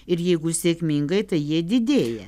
ir jeigu sėkmingai tai jie didėja